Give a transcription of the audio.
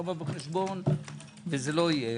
לא בא בחשבון ולא יהיה.